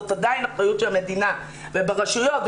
זאת עדיין האחריות של המדינה וברשויות,